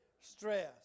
stress